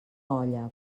olla